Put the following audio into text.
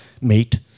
mate